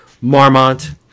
Marmont